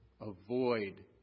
Avoid